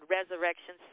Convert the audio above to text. Resurrection